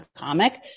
comic